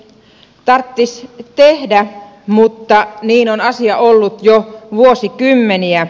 tarttis tehdä mutta niin on asia ollut jo vuosikymmeniä